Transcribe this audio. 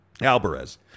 Alvarez